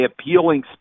appealing